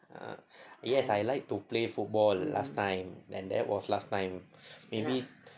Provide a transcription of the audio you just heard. ah yes I like to play football last time and that was last time maybe